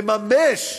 לממש,